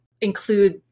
include